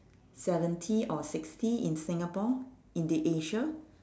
seventy or sixty in singapore in the asia